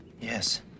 yes